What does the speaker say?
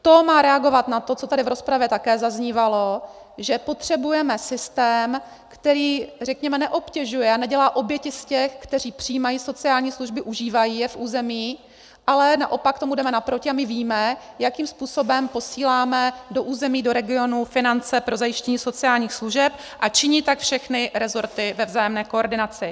To má reagovat na to, co tady v rozpravě také zaznívalo, že potřebujeme systém, který neobtěžuje a nedělá oběti z těch, kteří přijímají sociální služby, užívají je v území, ale naopak tomu jdeme naproti, a my víme, jakým způsobem posíláme do území, do regionů finance pro zajištění sociálních služeb, a činí tak všechny resorty ve vzájemné koordinaci.